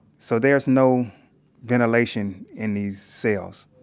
so there's no ventilation in these cells.